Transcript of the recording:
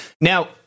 Now